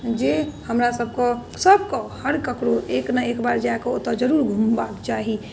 जे हमरा सभ कऽ सभ कऽ हर ककरौ एक बार नहि एक बार जाके ओतऽ जरूर घुमबाके चाही